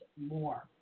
more